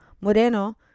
moreno